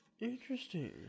Interesting